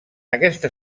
aquesta